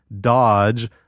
dodge